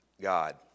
God